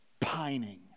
pining